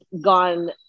gone